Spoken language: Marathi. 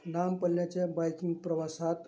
लांब पल्ल्याच्या बाईकिंग प्रवासात